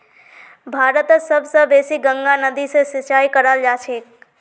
भारतत सब स बेसी गंगा नदी स सिंचाई कराल जाछेक